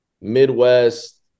Midwest